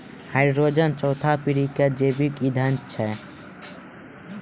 hydrogen चौथा पीढ़ी के जैविक ईंधन छै